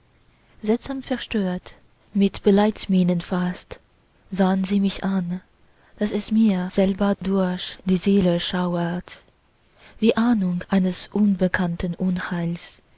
seltsam verstört mit beileidsmienen fast sahn sie mich an daß es mir selber durch die seele schauert wie ahnung eines unbekannten unheils